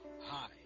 Hi